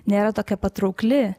nėra tokia patraukli